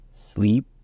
Sleep